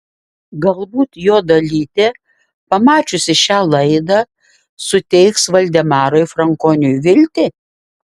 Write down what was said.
galbūt jo dalytė pamačiusi šią laidą suteiks valdemarui frankoniui viltį